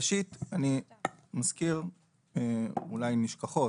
ראשית, אני מזכיר אולי נשכחות.